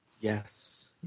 Yes